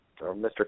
Mr